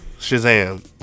Shazam